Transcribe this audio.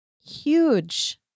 Huge